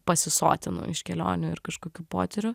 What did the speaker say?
pasisotinu iš kelionių ir kažkokių potyrių